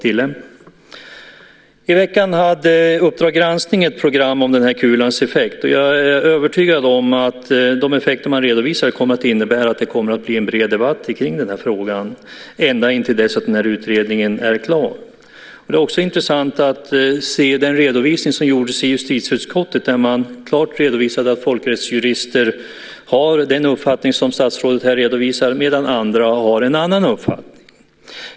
I veckan hade Uppdrag granskning ett program om dumdumkulans effekter, och jag är övertygad om att de effekter av kulan som redovisades i programmet kommer att skapa en bred debatt kring frågan till dess att utredningen är klar. Den redovisning som gjordes i justitieutskottet är också intressant. Där redovisades tydligt att folkrättsjurister har samma uppfattning som den statsrådet nu redovisar, medan andra har en annan uppfattning.